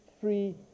free